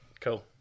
cool